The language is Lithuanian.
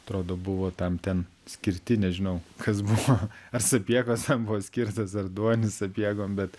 atrodo buvo tam ten skirti nežinau kas buvo ar sapiegos jam buvo skirtos ar duonis sapiegom bet